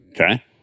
Okay